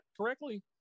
correctly